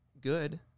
Good